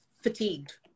fatigued